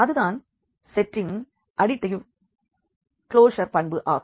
அதுதான் செட்டின் additive closure பண்பு ஆகும்